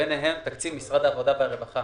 ביניהם תקציב משרד העבודה והרווחה